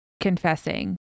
confessing